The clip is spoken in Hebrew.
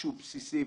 שהוא בסיסי,